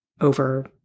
over